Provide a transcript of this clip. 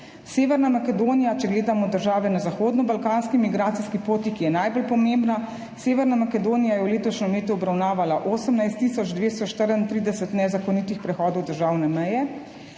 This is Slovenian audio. Severna Makedonija, če gledamo države na zahodnobalkanski migracijski poti, ki je najbolj pomembna, je v letošnjem letu obravnavala 18 tisoč 234 nezakonitih prehodov državne meje,